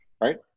right